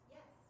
Yes